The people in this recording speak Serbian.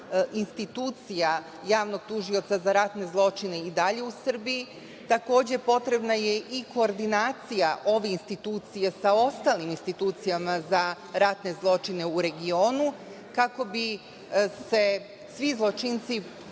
institucija javnog tužioca za ratne zločine i dalje u Srbiji, takođe potrebna je i koordinacija ove institucije sa ostalim institucijama za ratne zločine u regionu kako bi se svi zločinci